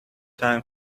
time